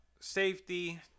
safety